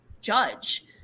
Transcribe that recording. judge